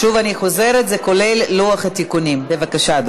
חוזר, לפי בקשתו